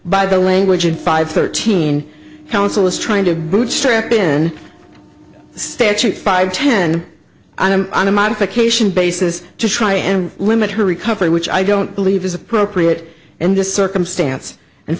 by the language and five thirteen counsel is trying to bootstrap in statute five ten i'm on a modification basis to try and limit her recovery which i don't believe is appropriate in this circumstance and